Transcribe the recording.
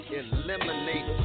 eliminate